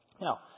Now